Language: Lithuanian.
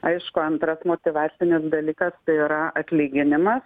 aišku antras motyvacinis dalykas tai yra atlyginimas